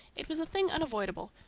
it was a thing unavoidable,